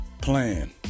plan